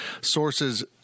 sources